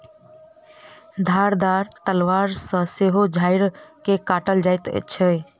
धारदार तलवार सॅ सेहो झाइड़ के काटल जाइत छै